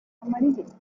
amarillentas